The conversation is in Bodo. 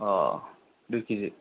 दुइ के जि